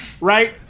right